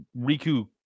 Riku